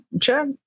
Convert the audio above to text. check